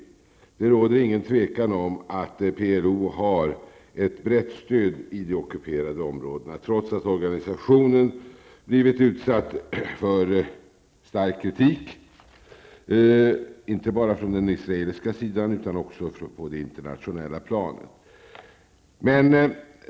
Det råder inget tvivel om att PLO har ett brett stöd i de ockuperade områdena, trots att organisationen har blivit utsatt för stark kritik -- inte bara från den israeliska sidan utan också på det internationella planet.